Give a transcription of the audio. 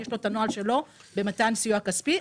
יש לו את הנוהל שלו במתן סיוע כספי,